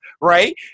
right